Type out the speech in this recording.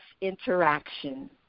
interaction